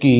ਕਿ